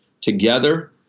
together